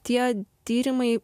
tie tyrimai